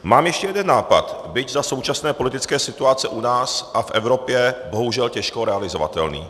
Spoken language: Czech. Mám ještě jeden nápad, byť za současné politické situace u nás a v Evropě bohužel těžko realizovatelný.